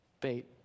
Bait